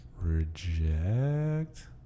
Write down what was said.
Reject